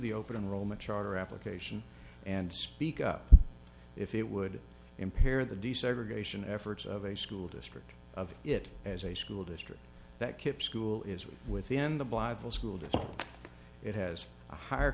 the open enrollment charter application and speak up if it would impair the desegregation efforts of a school district of it as a school district that kipp school is within the bible school district it has a higher